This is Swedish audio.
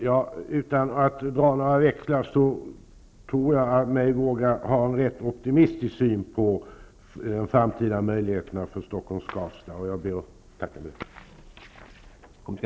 Herr talman! Utan att dra några växlar på det tror jag mig ha en rätt optimistisk syn på de framtida möjligheterna för Stockholm--Skavsta. Jag ber att få tacka.